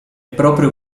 proprio